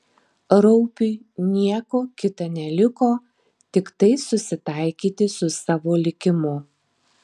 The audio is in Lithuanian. raupiui nieko kita neliko tiktai susitaikyti su savo likimu